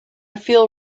feel